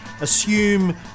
assume